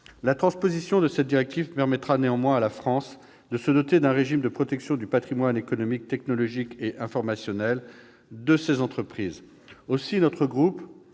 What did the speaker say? la transposition de cette directive permettra à la France de se doter d'un régime de protection du patrimoine économique, technologique et informationnel de ses entreprises. Aussi, notre groupe